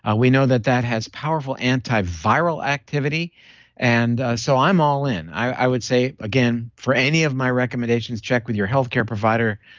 ah we know that that has powerful antiviral activity and so i'm all in. i would say again for any of my recommendations, check with your healthcare provider.